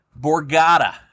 Borgata